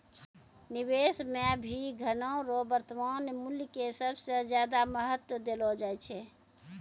निवेश मे भी धनो रो वर्तमान मूल्य के सबसे ज्यादा महत्व देलो जाय छै